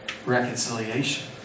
reconciliation